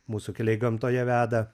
mūsų keliai gamtoje veda